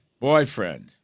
boyfriend